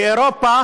באירופה